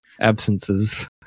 absences